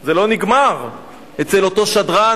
זה לא נגמר אצל אותו שדרן,